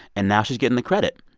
and now she's getting the credit.